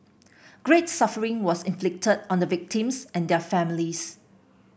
great suffering was inflicted on the victims and their families